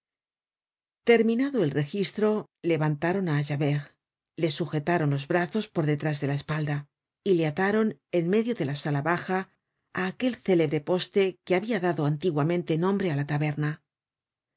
terminado el registro levantaron á javert le sujetaron los brazos por detrás de la espalda y le ataron en medio de la sala baja á aquel célebre poste que habia dado antiguamente nombre á la taberna